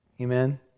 Amen